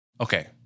Okay